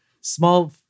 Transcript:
small